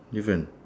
different